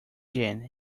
jane